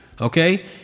Okay